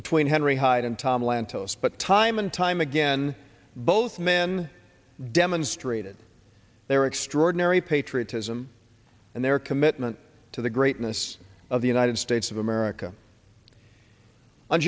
between henry hyde and tom lantos but time and time again both men demonstrated their extraordinary patriotism and their commitment to the greatness of the united states of america on